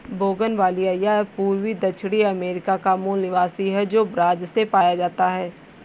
bougainvillea यह पूर्वी दक्षिण अमेरिका का मूल निवासी है, जो ब्राज़ से पाया जाता है